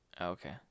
Okay